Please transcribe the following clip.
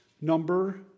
number